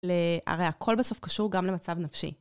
הרי הכל בסוף קשור גם למצב נפשי.